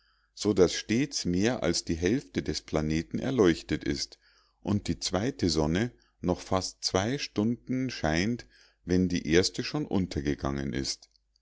so daß stets mehr als die hälfte des planeten erleuchtet ist und die zweite sonne noch fast zwei stunden scheint wenn die erste schon untergegangen ist